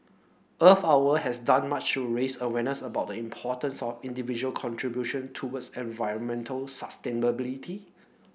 Earth Hour has done much to raise awareness about the importance of individual contribution towards environmental sustainability